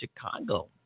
Chicago